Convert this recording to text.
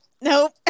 nope